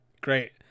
great